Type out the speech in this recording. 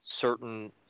certain